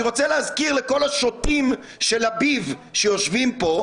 רוצה להזכיר לכל השוטים של הביב שיושבים פה,